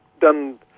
done